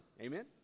Amen